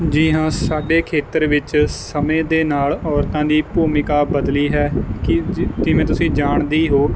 ਜੀ ਹਾਂ ਸਾਡੇ ਖੇਤਰ ਵਿੱਚ ਸਮੇਂ ਦੇ ਨਾਲ ਔਰਤਾਂ ਦੀ ਭੂਮਿਕਾ ਬਦਲੀ ਹੈ ਕੀ ਜੀ ਜਿਵੇਂ ਤੁਸੀਂ ਜਾਣਦੇ ਹੀ ਹੋ